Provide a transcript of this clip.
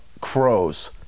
crows